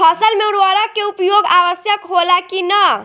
फसल में उर्वरक के उपयोग आवश्यक होला कि न?